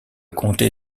comté